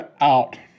out